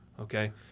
Okay